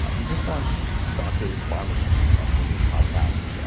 ah you just launched doctors farmacy, your new podcast,